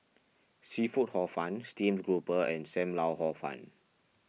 Seafood Hor Fun Steamed Grouper and Sam Lau Hor Fun